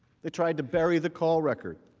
they tried to bury the call record.